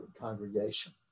congregation